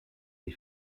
des